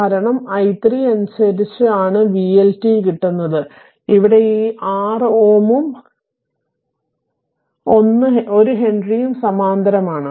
കാരണം i 3 അനുസരിച്ചു ആണ് vLt കിട്ടുന്നത് ഇവിടെ ഈ 6 Ω ഉം 1 ഹെൻറിയും സമാന്തരമാണ്